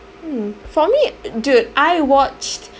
hmm for me dude I watched